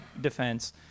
defense